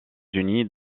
unis